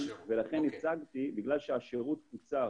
בגלל שהשירות קוצר